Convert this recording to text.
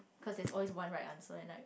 cause there's always one right answer and like